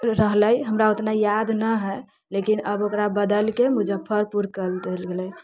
रहलै हमरा ओतना याद नहि हय लेकिन अब ओकरा बदलिके मुजफ्फरपुर कयल देल गेलै